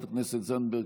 חברת הכנסת זנדברג,